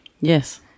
Yes